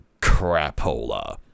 crapola